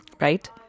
right